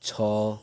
ଛଅ